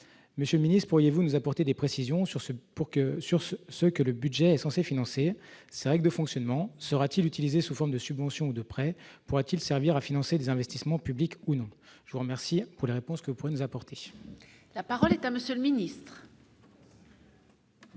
monsieur le Ministre, pourriez-vous nous apporter des précisions sur ce pour que, sur ce, ce que le budget est censée financer sa règle de fonctionnement sera-t-il utilisé sous forme de subventions ou de près, pourra-t-il servir à financer des investissements publics ou non, je vous remercie pour les réponses que pourrait nous apporter. La parole est à monsieur le ministre.